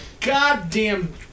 goddamn